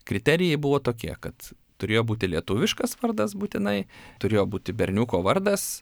kriterijai buvo tokie kad turėjo būti lietuviškas vardas būtinai turėjo būti berniuko vardas